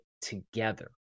together